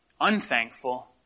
unthankful